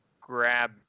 grab